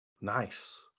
Nice